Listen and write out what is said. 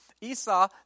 Esau